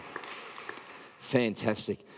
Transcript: Fantastic